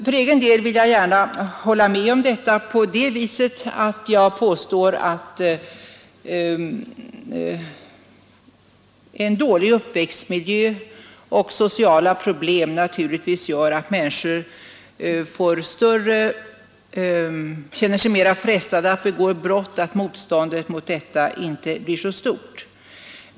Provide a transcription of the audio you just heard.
För egen del vill jag gärna hålla med om detta på det viset att jag påstår att en dålig uppväxtmiljö och sociala problem naturligtvis gör att människor känner sig mera frestade att begå brott, att motståndet mot detta inte blir så stort.